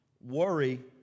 Worry